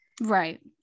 right